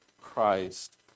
Christ